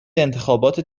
انتخابات